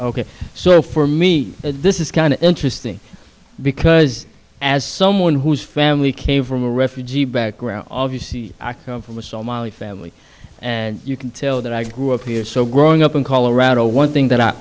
ok so for me this is kind of interesting because as someone whose family came from a refugee background obviously i come from a family and you can tell that i grew up here so growing up in colorado one thing that i